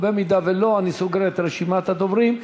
אם לא, אני סוגר את רשימת הדוברים.